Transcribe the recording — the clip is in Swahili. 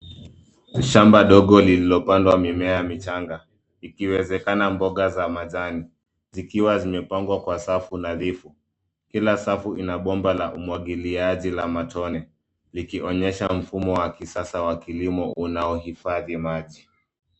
Shamba ndogo lililopandwa mimea michanga, ikiwezekana mboga za majani, zikiwa zimepangwa kwa safu nadhifu, kila safu ina bomba la umwangiliaji la matone, likionyesha mfumo wa kisasa wa kilimo unaohifadhi maji.